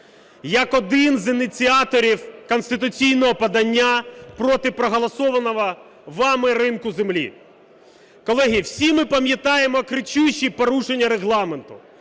як один з ініціаторів конституційного подання проти проголосованого вами ринку землі. Колеги, всі ми пам'ятаємо кричущі порушення Регламенту.